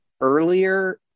earlier